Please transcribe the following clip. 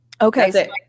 Okay